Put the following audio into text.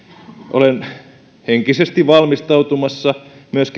olen henkisesti valmistautumassa kehumaan myös